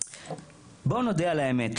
בוא נודה על האמת,